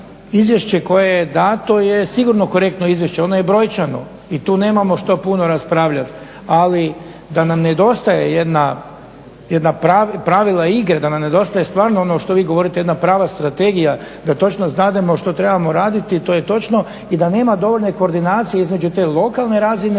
izvješće koje je dato je sigurno korektno izvješće, ono je brojčano i tu nemamo što puno raspravljat, ali da nam nedostaje jedno pravilo igre, da nam nedostaje stvarno ono što vi govorite jedna prava strategija da točno znamo što trebamo raditi, to je točno, i da nema dovoljno koordinacije između te lokalne razine